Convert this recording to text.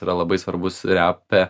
yra labai svarbus repe